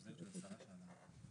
תודה.